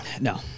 No